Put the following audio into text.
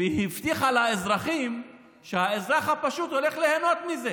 והיא הבטיחה לאזרחים שהאזרח הפשוט הולך ליהנות מזה,